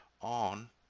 on